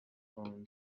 own